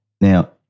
Now